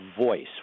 voice